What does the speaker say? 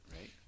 right